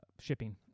shipping